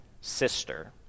sister